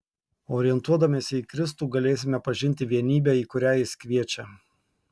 orientuodamiesi į kristų galėsime pažinti vienybę į kurią jis kviečia